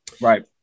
right